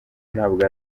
ntabwo